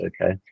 okay